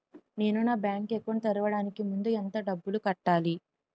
నేను నా bank account తెరవడానికి ముందు ఎంత డబ్బులు కట్టాలి?